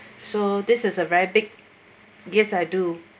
so this is a very big yes I do